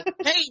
hey